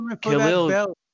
Khalil